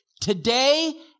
today